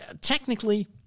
Technically